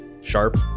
Sharp